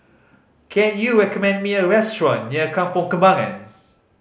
can you recommend me a restaurant near Kampong Kembangan